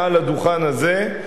מעל הדוכן הזה,